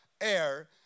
air